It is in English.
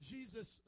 Jesus